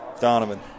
donovan